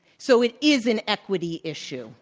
so it is an equity issue.